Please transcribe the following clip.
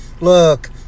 look